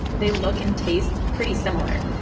they look and taste pretty similar,